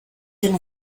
den